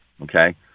okay